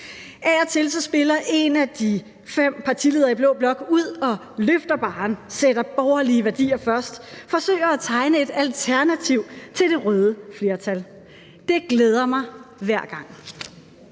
Af og til spiller en af de fem partiledere i blå blok ud og løfter barren, sætter borgerlige værdier først, forsøger at tegne et alternativ til det røde flertal. Det glæder mig hver gang.